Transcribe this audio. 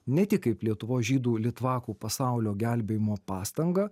ne tik kaip lietuvos žydų litvakų pasaulio gelbėjimo pastangą